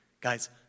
Guys